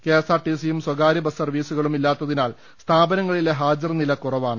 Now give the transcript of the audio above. കെഎസ്ആർടിസിയും സ്വകാര്യ ബസ് സർവീസുകളും ഇല്ലാത്തതിനാൽ സ്ഥാപനങ്ങളിലെ ഹാജർനില കുറവാണ്